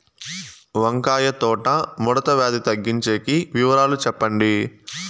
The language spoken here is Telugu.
వంకాయ తోట ముడత వ్యాధి తగ్గించేకి వివరాలు చెప్పండి?